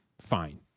Fine